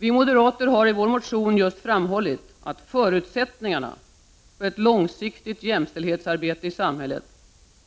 Vi moderater har i vår motion framhållit att förutsättningarna för ett långsiktigt jämställdhetsarbete i samhället